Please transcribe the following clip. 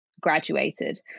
graduated